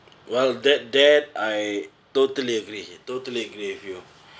while that that I totally agree totally agree with you